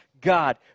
God